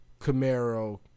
Camaro